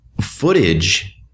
footage